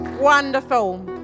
Wonderful